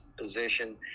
position